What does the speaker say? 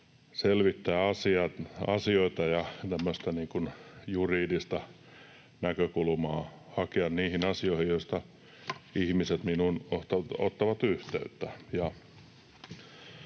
selvittää asioita ja hakea tämmöistä juridista näkökulmaa niihin asioihin, joista ihmiset minuun ottavat yhteyttä.